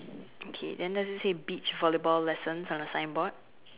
okay then does it say beach volleyball lessons on the signboard